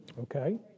Okay